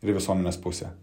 ir į visuomenės pusę